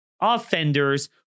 offenders